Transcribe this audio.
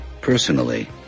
Personally